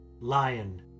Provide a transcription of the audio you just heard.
lion